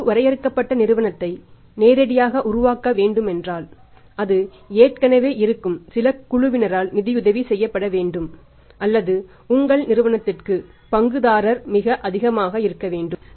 நீங்கள் ஒரு பொது வரையறுக்கப்பட்ட நிறுவனத்தை நேரடியாக உருவாக்க வேண்டுமென்றால் அது ஏற்கனவே இருக்கும் சில குழுவினரால் நிதியுதவி செய்யப்பட வேண்டும் அல்லது உங்கள் நிறுவனத்திற்கு பங்குதாரர் மிக அதிகமாக இருக்க வேண்டும்